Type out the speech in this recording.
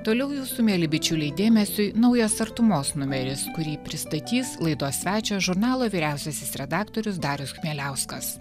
toliau jūsų mieli bičiuliai dėmesiui naujas artumos numeris kurį pristatys laidos svečio žurnalo vyriausiasis redaktorius darius chmieliauskas